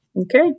Okay